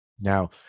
Now